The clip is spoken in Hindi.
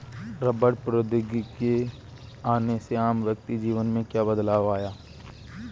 रबड़ प्रौद्योगिकी के आने से आम व्यक्ति के जीवन में क्या बदलाव आया?